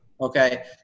Okay